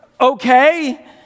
okay